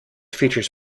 features